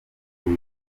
biba